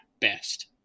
best